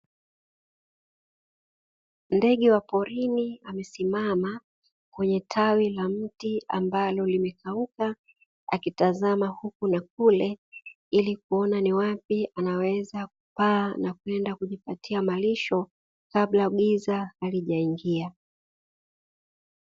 Ndege wa porini, amesimama kwenye tawi la mti ambalo limekauka, akitazama huku na kule ili kuona ni wapi anaweza kupaa na kwenda kujipatia malisho kabla giza halijaingia.